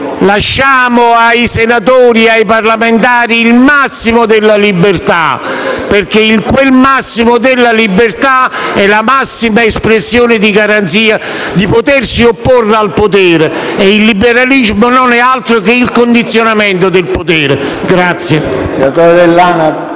lasciamo ai senatori, ai parlamentari il massimo della libertà, perché quella è la massima espressione della garanzia di potersi opporre al potere e il liberalismo non è altro che il condizionamento del potere.